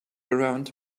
around